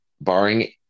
barring